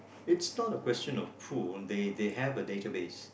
it's not a question of who they they have a database